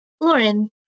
Lauren